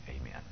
Amen